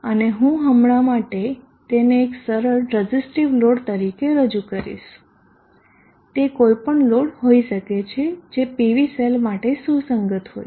અને હું હમણાં માટે તેને એક સરળ રઝીસ્ટીવ લોડ તરીકે રજૂ કરીશ તે કોઈપણ લોડ હોઈ શકે છે જે PVસેલ માટે સુસંગત હોય